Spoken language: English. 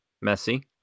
messy